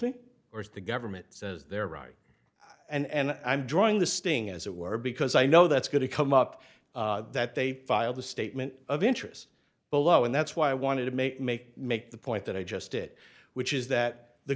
right or as the government says they're right and i'm drawing the sting as it were because i know that's going to come up that they filed the statement of interest below and that's why i wanted to make make make the point that i just it which is that the